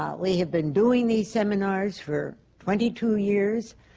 um we have been doing these seminars for twenty two years,